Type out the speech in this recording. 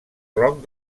roc